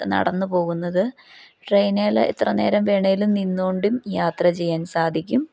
നടന്ന് പോകുന്നത് ട്രെയിനേൽ എത്ര നേരം വേണമെങ്കിലും നിന്നുകൊണ്ടും യാത്ര ചെയ്യാൻ സാധിക്കും